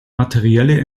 materielle